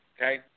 Okay